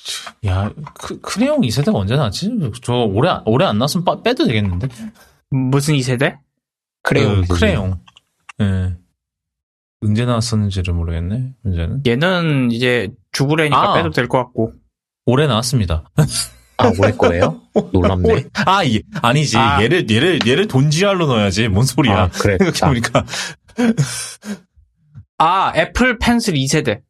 야, C- Crayon 이 세대가 언제 나왔지? 저 올해 안- 올해 안 나왔으면 빠- 빼도 되겠는데? 무슨 이 세대? Crayon 음, Crayon. Crayon. 예. 언제 나왔었는지를 모르겠네, 문제는. 얘는 이제 죽으려니까 아! 빼도 될 것 같고. 올해 나왔습니다. 아, 올해 거예요? 놀랍네. 올- 아, 이- 아니지. 아. 얘를- 얘를- 얘를 돈지랄로 넣어야지. 뭔 소리야. 아, 그래. 생각해보니까. 아, Apple Pencil 이 세대.